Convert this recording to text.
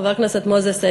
חבר הכנסת מוזס,